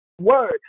word